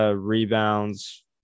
rebounds